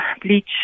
bleach